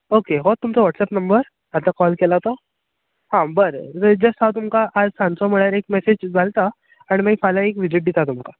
okay हो तुमचो WhatsApp number आतां कोल केला तो आं बरें जस्ट हांव तुमका आज सांजचो म्हळ्यार एक मॅसॅज घालतां आनी मागीर फाल्यां म्हळ्यार एक विजीट दिता तुमकां